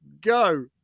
go